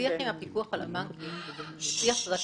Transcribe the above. השיח עם הפיקוח על הבנקים הוא שיח רציף.